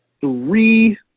Three